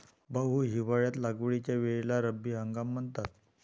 भाऊ, हिवाळ्यात लागवडीच्या वेळेला रब्बी म्हणतात